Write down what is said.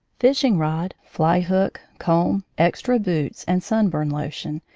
fishing-rod, fly-hook, comb, extra boots, and sunburn lotion,